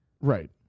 right